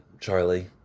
Charlie